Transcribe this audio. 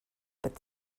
but